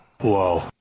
Whoa